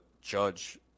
judge